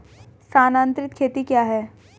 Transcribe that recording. स्थानांतरित खेती क्या है?